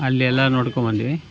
ಅಲ್ಲೆಲ್ಲ ನೋಡಿಕೊಂಬಂದ್ವಿ